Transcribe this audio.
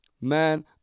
Man